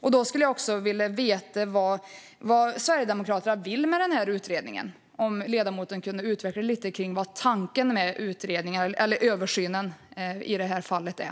Vad vill Sverigedemokraterna med denna översyn? Kan ledamoten utveckla vad tanken med översynen är?